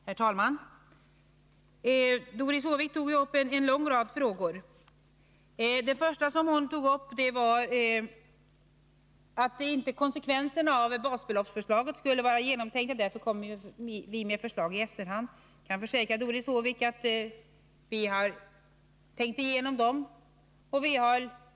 Herr talman! Doris Håvik tog upp en lång rad frågor. Först sade hon att konsekvenserna av basbeloppsförslaget inte skulle vara övertänkta och att vi av den anledningen kommer med förslag i efterhand. Jag kan försäkra Doris Håvik att vi har tänkt igenom förslaget.